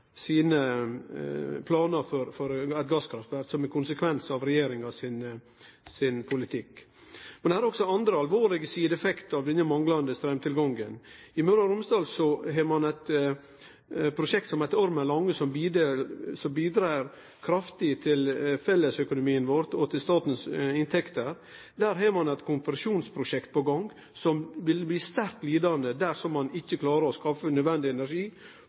sine planar for gasskraftverk som ein konsekvens av regjeringa sin politikk. Men det er også ein annan alvorleg sideeffekt av den manglande straumtilgangen. I Møre og Romsdal har ein eit prosjekt som heiter Ormen Lange, som bidreg kraftig til fellesøkonomien vår og til statens inntekter. Der har ein eit kompresjonsprosjekt på gang som vil bli sterkt lidande dersom ein ikkje klarer å skaffe nødvendig energi